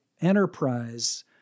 enterprise